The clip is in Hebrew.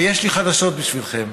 ויש לי חדשות בשבילכם: